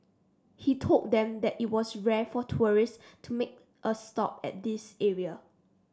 he told them that it was rare for tourists to make a stop at this area